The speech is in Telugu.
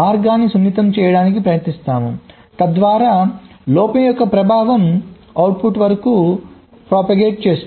మార్గాన్ని సున్నితం చేయడానికి ప్రయత్నిస్తాము తద్వారా లోపం యొక్క ప్రభావం అవుట్పుట్ వరకు ప్రచారం చేస్తుంది